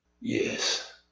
Yes